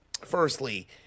firstly